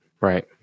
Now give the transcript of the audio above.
Right